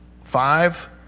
five